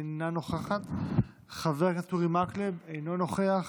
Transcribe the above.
אינה נוכחת, חבר הכנסת אורי מקלב, אינו נוכח,